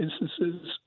instances